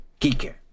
Kike